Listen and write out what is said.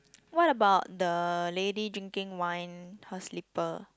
what about the lady drinking wine her slipper